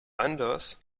anders